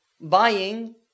buying